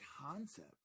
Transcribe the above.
concept